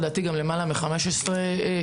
לדעתי גם למעלה מ-15 שנים,